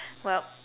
well